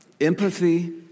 empathy